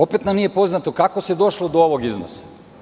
Opet nam nije poznato kako se došlo do ovog iznosa?